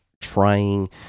trying